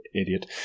idiot